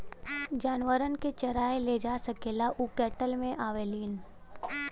जानवरन के चराए ले जा सकेला उ कैटल मे आवेलीन